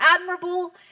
admirable